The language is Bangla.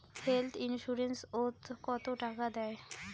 হেল্থ ইন্সুরেন্স ওত কত টাকা দেয়?